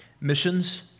Missions